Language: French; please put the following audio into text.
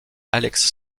alex